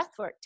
breathwork